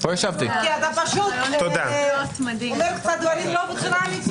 כי אתה פשוט אומר דברים לא בצורה רצינית.